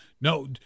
no